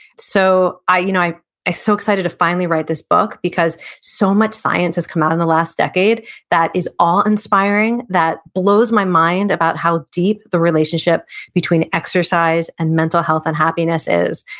so, i you know was so excited to finally write this book, because so much science has come out in the last decade that is awe inspiring, that blows my mind about how deep the relationship between exercise and mental health and happiness is.